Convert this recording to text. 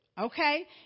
okay